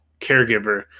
caregiver